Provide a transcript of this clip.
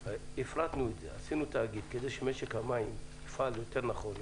הפרטנו את זה ועשינו תאגיד כדי שמשק המים יפעל יותר נכון,